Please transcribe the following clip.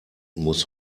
muss